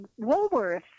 Woolworths